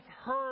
heard